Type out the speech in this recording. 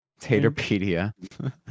Taterpedia